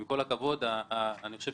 אני חושב